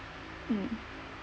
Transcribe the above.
um